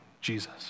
Jesus